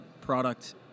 product